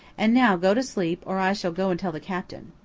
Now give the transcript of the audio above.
and now go to sleep or i shall go and tell the captain.